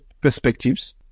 perspectives